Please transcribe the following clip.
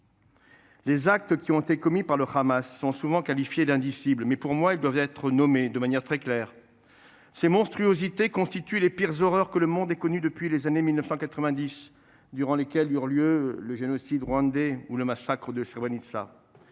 Les actes qui ont été commis par le Hamas sont souvent qualifiés d’indicibles, mais, pour moi, ils doivent être nommés de manière très claire : ces monstruosités constituent les pires horreurs que le monde ait connues depuis les années 1990, durant lesquelles eurent lieu le génocide rwandais et le massacre de Srebrenica.